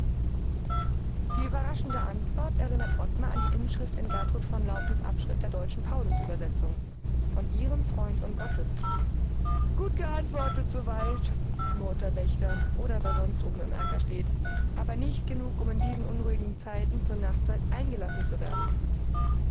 die überraschende antwort erinnert ottmar an die inschrift in gertrud von laufens abschrift der deutschen paulus übersetzung von ihrem freund und gottes gut geantwortet soweit murrt der wächter oder wer sonst oben im erker steht aber nicht genug um in diesen unruhigen zeiten zur nachtzeit eingelassen zu werden